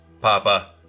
Papa